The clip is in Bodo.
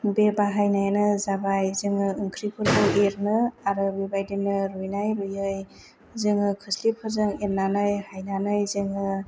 बे बाहायनायानो जाबाय जोङो ओंख्रिफोरखौ एरनो आरो बेबादिनो रुनाय रूयै जोङो खोस्लिफोरजों एरनानै हायनानै जोङो